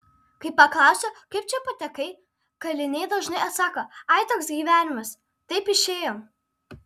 kai paklausiu kaip čia patekai kaliniai dažnai atsako ai toks gyvenimas taip išėjo